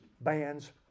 bands